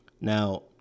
Now